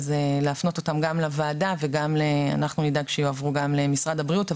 להפנות אותם לוועדה ונדאג שיועברו גם למשרד הבריאות.